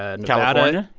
ah nevada. and